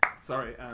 Sorry